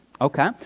Okay